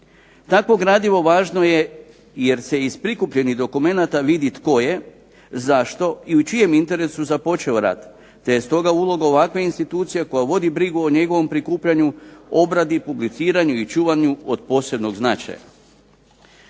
Takvo gradivo važno je, jer se iz prikupljenih dokumenata vidi tko je, zašto i u čijem interesu započeo rat, te je stoga uloga ovakve institucije koja vodi brigu o njegovom prikupljanju, obradi, publiciranju i čuvanju od posebnog značaja.